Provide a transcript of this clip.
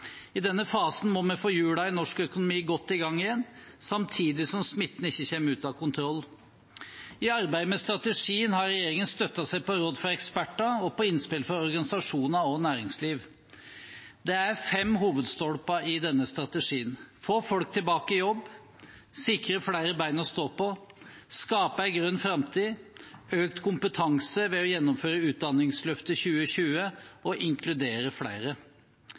I denne fasen må vi få hjulene i norsk økonomi godt i gang igjen, samtidig som smitten ikke kommer ut av kontroll. I arbeidet med strategien har regjeringen støttet seg på råd fra eksperter og på innspill fra organisasjoner og næringsliv. Det er fem hovedstolper i denne strategien: få folk tilbake i jobb sikre flere ben å stå på skape en grønn framtid øke kompetansen ved å gjennomføre utdanningsløftet 2020 inkludere flere